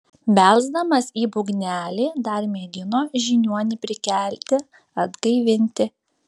belsdamas į būgnelį dar mėgino žiniuonį prikelti atgaivinti